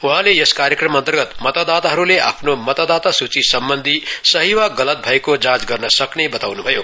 वहाँले यस कार्यक्रम अन्तर्गत मतदाताहरूले आफ्नो मतदाता सुची सम्बन्धी सही वा गलत भएको जाँच गर्न सक्ने बताउनु भयो